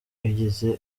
wigeze